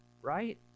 Right